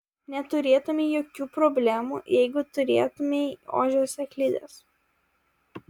neturėtumei jokių problemų jeigu turėtumei ožio sėklides